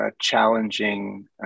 challenging